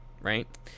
right